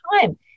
time